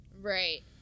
Right